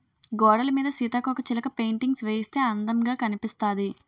గోడలమీద సీతాకోకచిలక పెయింటింగ్స్ వేయిస్తే అందముగా కనిపిస్తాది